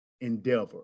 endeavor